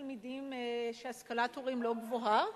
תלמידים שהשכלת ההורים שלהם לא גבוהה,